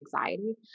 anxiety